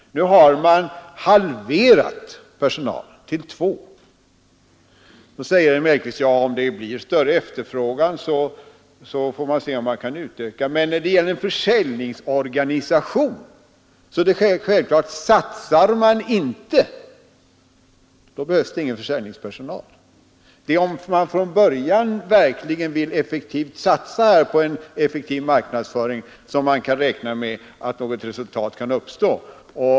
Om det blir större efterfrågan, får man se om det går att utöka, säger herr Mellqvist. Men det är självklart att det när det gäller en försäljningsorganisation inte behövs någon försäljningspersonal, om man inte är villig att satsa på en utökning av verksamheten. Om man från början verkligen vill satsa på en effektiv marknadsföring, kan man räkna med att ett resultat kan uppstå.